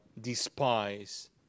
despise